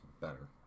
better